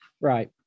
right